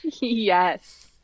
yes